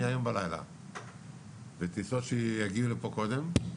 ומה עם טיסות שיגיעו לפה קודם?